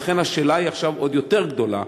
לכן השאלה היא עכשיו עוד יותר גדולה: